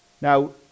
Now